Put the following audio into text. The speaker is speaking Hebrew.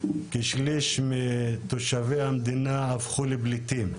כשליש מתושבי המדינה הפכו לפליטים,